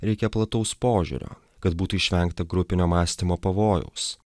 reikia plataus požiūrio kad būtų išvengta grupinio mąstymo pavojaus